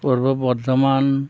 Purba Bardhaman